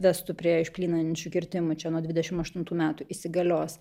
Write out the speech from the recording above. vestų prie išplyninančių kirtimų čia nuo dvidešimt aštuntų metų įsigalios